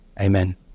Amen